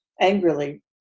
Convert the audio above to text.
angrily